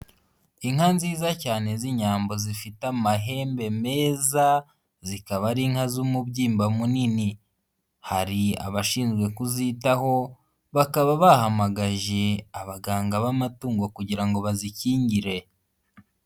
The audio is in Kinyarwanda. Inka nziza cyane z'Inyambo zifite amahembe meza zikaba ari inka z'umubyimba munini, hari abashinzwe kuzitaho bakaba bahamagaje abaganga b'amatungo kugira ngo bazikingire.